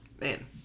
man